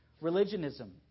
Religionism